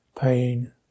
pain